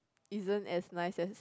isn't as nice as